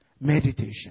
Meditation